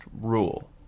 rule